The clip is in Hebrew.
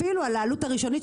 אפילו על העלות הראשונית,